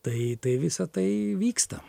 tai tai visa tai vyksta